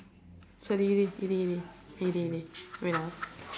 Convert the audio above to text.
sorry yiddy yiddy yiddy yiddy yiddy wait ah